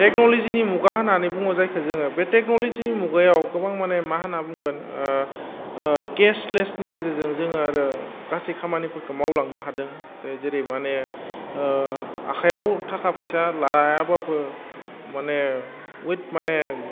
टेक्न'लजिनि मुगा होनानै बुङो जायखो जोङो बे टेक्न'लजिनि मुगायाव गोबां माने मा होन्ना बुंगोन केशलेसनि गेजेरजों जोङो आरो गासै खामानिफोरखौ मावलांनो हादों जेरै माने आखायाव थाखा फैसा लायाबाबो माने उइथ माने